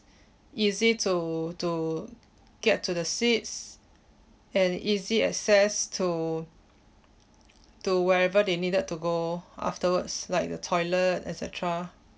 easy to to get to the seats and easy access to to wherever they needed to go afterwards like the toilet et cetera